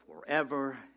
forever